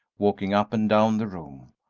walking up and down the room.